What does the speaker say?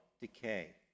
decay